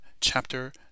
chapter